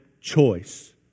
choice